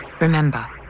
Remember